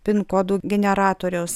pin kodų generatoriaus